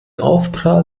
aufprall